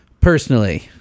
personally